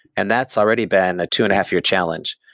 and that's already been a two and-a-half-year challenge.